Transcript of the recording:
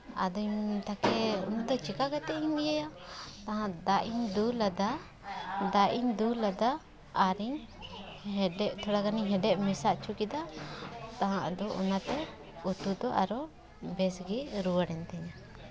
ᱟᱫᱚᱹᱧ ᱢᱮᱱᱫᱟ ᱡᱮ ᱪᱤᱠᱟ ᱠᱟᱛᱮᱧ ᱤᱭᱟᱹᱭᱟ ᱟᱫᱚ ᱫᱟᱜ ᱤᱧ ᱫᱩᱞ ᱟᱫᱟ ᱫᱟᱜ ᱤᱧ ᱫᱩᱞ ᱟᱫᱟ ᱟᱨᱤᱧ ᱦᱮᱰᱮᱡ ᱛᱷᱚᱲᱟ ᱜᱟᱱᱤᱧ ᱦᱮᱰᱮᱡ ᱦᱮᱰᱮᱡ ᱢᱮᱥᱟ ᱦᱚᱪᱚ ᱠᱮᱫᱟ ᱵᱟᱝ ᱟᱫᱚ ᱚᱱᱟᱛᱮ ᱩᱛᱩ ᱫᱚ ᱟᱨᱚ ᱵᱮᱥᱜᱮ ᱨᱩᱣᱟᱹᱲᱮᱱ ᱛᱤᱧᱟᱹ